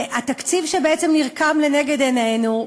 התקציב שבעצם נרקם לנגד עינינו,